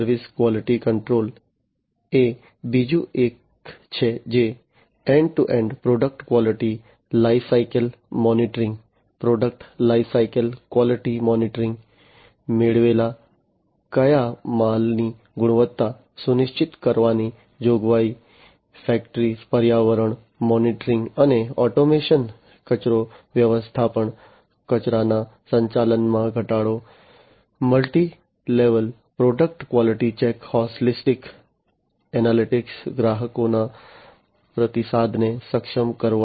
service quality control એ બીજું એક છે જે end to end product quality life cycle monitoring product life cycle quality monitoring મેળવેલા કાચા માલની ગુણવત્તા સુનિશ્ચિત કરવાની જોગવાઈ ફેક્ટરી પર્યાવરણ મોનિટરિંગ અને ઓટોમેશન કચરો વ્યવસ્થાપન કચરાના સંચાલનમાં ઘટાડો multi level product quality check holistic analytics ગ્રાહકોના પ્રતિસાદને સક્ષમ કરવા